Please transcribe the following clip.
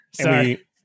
Sorry